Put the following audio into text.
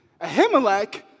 Ahimelech